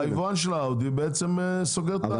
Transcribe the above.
אז היבואן של האאודי בעצם סוגר את הבסטה שלו.